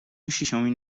شیشمین